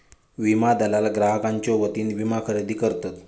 विमा दलाल ग्राहकांच्यो वतीने विमा खरेदी करतत